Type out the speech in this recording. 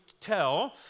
tell